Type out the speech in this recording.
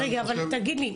רגע, אבל תגיד לי: